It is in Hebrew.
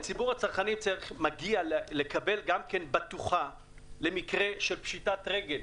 לציבור הצרכנים מגיע לקבל בטוחה למקרה של פשיטת רגל,